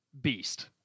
Beast